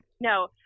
No